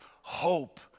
hope